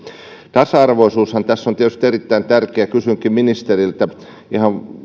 tasa arvoisuushan tässä on tietysti erittäin tärkeää ja kysynkin ministeriltä ihan